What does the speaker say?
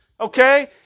Okay